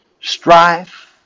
strife